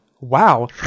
Wow